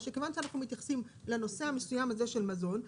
או שכיוון שאנחנו מתייחסים לנושא המסוים הזה של מזון,